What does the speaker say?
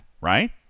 right